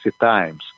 times